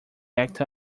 act